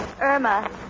Irma